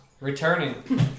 returning